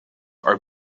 are